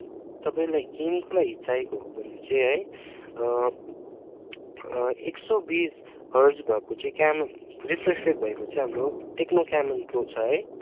तपाईँलाई गेमको लागि चाहिएको हो भने चाहिँ है एक सय बिस हर्ज भएको चाहिँ क्यामोन रिफ्रेस रेट भएको चाहिँ हाम्रो टेक्नो क्यानोनको छ है